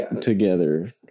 together